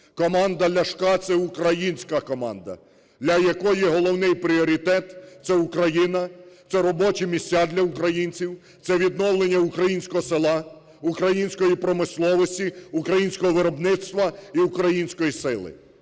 Команда Ляшка – це українська команда, для якої головний пріоритет - це Україна, це робочі місця для українців, це відновлення українського села, української промисловості, українського виробництва і української сили.